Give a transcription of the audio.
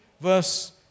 verse